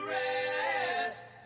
rest